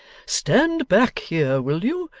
stand back here, will you,